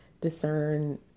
discern